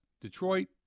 Detroit